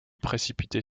précipiter